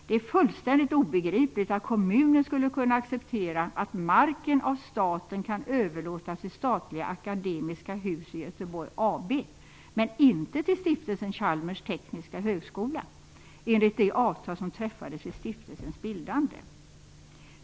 Det är fullständigt obegripligt att kommunen skulle kunna acceptera att marken av staten kan överlåtas till Statliga Akademiska Hus i Göteborg AB, men inte till Stiftelsen Chalmers tekniska högskola enligt de avtal som träffades vid stiftelsens bildande.